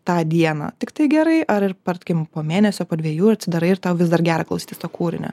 tą dieną tiktai gerai ar tarkim po mėnesio po dviejų atsidarai ir tau vis dar gera klausytis to kūrinio